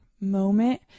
moment